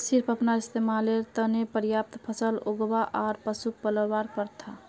सिर्फ अपनार इस्तमालेर त न पर्याप्त फसल उगव्वा आर पशुक पलवार प्रथा